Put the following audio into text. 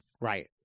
Right